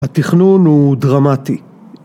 התכנון הוא דרמטי